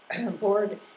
board